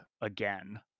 again